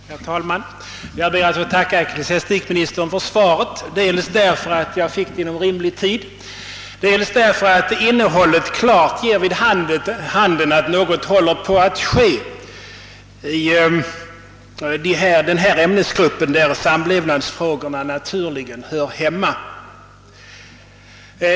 Herr talman! Jag ber att få tacka ecklesiastikministern för svaret — dels därför att jag fick det inom rimlig tid, dels därför att innehållet klart ger vid handen att något håller på att ske inom den ämnesgrupp där samlevnadsfrågorna naturligen hör hemma.